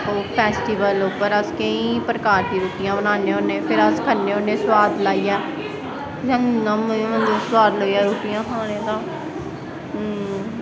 festival उप्पर अस केंई प्रकार दी रुट्टियां बनाने होन्ने फिर अस खन्ने होन्ने सोआद लाईयै इन्ना मतलव सोआद लग्गेआ रुट्टियां खानें दा हां